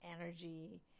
energy